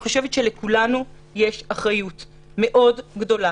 אני חושבת שלכולנו יש אחריות מאוד גדולה.